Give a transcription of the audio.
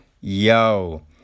yo